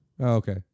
Okay